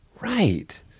right